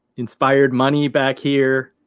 inspired money back here.